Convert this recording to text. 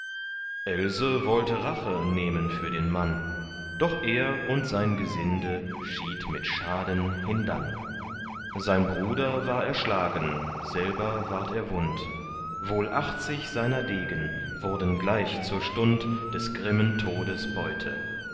else wollte rache nehmen für den mann doch er und sein gesinde schied mit schaden hindann sein bruder war erschlagen selber ward er wund wohl achtzig seiner degen wurden gleich zur stund des grimmen todes beute